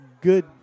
Good